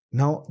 now